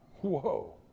Whoa